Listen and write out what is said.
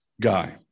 guy